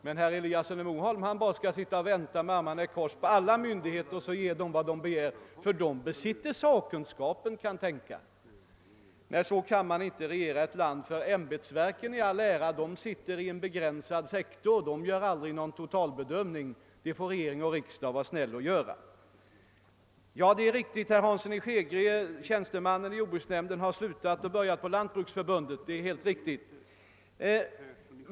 Men herr Eliasson vill bara sitta med armarna i kors och ge alla myndigheter vad de begär — de besitter sakkunskapen, kan tänkas! Nej, så kan man inte regera ett land. äÄmbetsverken i all ära, men deras verksamhet avser en begrän sad sektor, och de gör ej någon totalbedömning. Det får regering och riksdag vara snälla att göra. Det är riktigt, herr Hansson i Skeg Tie, att denne tjänsteman slutat i jordbruksnämnden och börjat på Lantbruksförbundet.